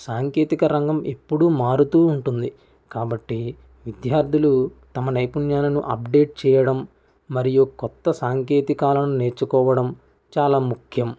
సాంకేతిక రంగం ఎప్పుడూ మారుతూ ఉంటుంది కాబట్టి విద్యార్థులు తమ నైపుణ్యాలను అప్డేట్ చేయడం మరియు కొత్త సాంకేతికాలను నేర్చుకోవడం చాలా ముఖ్యం